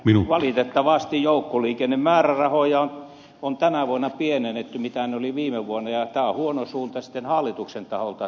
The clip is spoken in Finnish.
mutta valitettavasti joukkoliikennemäärärahoja on tänä vuonna pienennetty siitä mitä ne olivat viime vuonna ja tämä on huono suunta hallituksen taholta